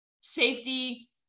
safety